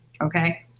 okay